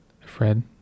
Fred